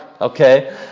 Okay